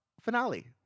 finale